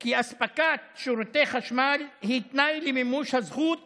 כי אספקת שירותי חשמל היא תנאי למימוש הזכות